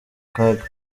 kaga